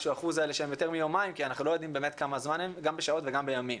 כי אנחנו לא יודעים באמת כמה זמן זה מבחינת שעות וימים.